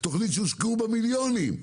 תכנית שהושקעו בה מיליונים,